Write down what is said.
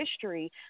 history